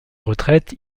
retraite